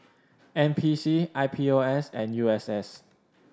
N P C I P O S and U S S